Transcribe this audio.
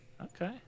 Okay